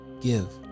give